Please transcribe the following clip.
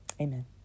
Amen